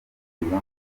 ngombwa